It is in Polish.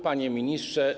Panie Ministrze!